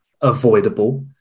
avoidable